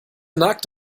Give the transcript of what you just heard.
nagt